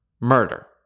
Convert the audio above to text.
Murder